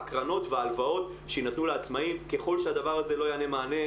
והקרנות וההלוואות שיינתנו לעצמאים ככל שהדבר הזה לא יענה מענה,